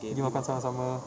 pergi makan sama-sama